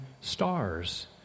stars